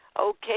Okay